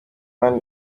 one